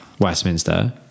Westminster